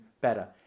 better